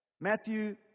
Matthew